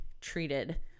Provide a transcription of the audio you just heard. treated